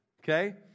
Okay